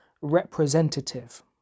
representative